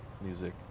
music